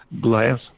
Glass